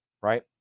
right